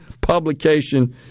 publication